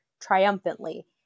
triumphantly